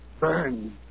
burn